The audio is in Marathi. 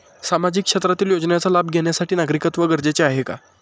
सामाजिक क्षेत्रातील योजनेचा लाभ घेण्यासाठी नागरिकत्व गरजेचे आहे का?